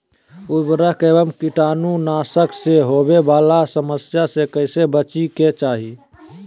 उर्वरक एवं कीटाणु नाशक से होवे वाला समस्या से कैसै बची के चाहि?